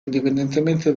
indipendentemente